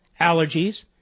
allergies